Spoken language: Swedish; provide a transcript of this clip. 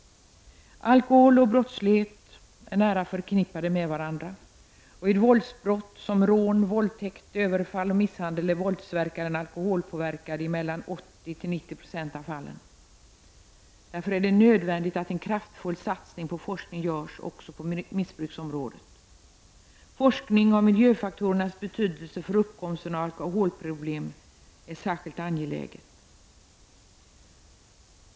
Alkohol och brottslighet är nära förknippade med varandra. Vid våldsbrott och rån, våldtäkt, överfall och misshandel är våldsverkare alkoholpåverkade i mellan 80 260 och 90 96 av fallen. Därför är det nödvändigt att en kraftfull satsning på forskning görs också på missbruksområdet. Forskning om miljöfaktorernas betydelse för uppkomsten av alkoholproblem är särskilt angelägen.